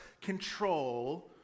control